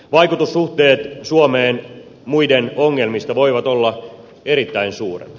vaikutussuhteet suomeen muiden ongelmista voivat olla erittäin suuret